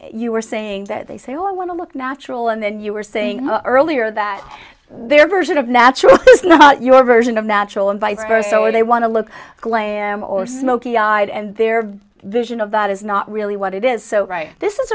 you are saying that they say oh i want to look natural and then you were saying earlier that their version of natural not your version of natural and vice versa so they want to look glam or smoky died and their vision of that is not really what it is so right this is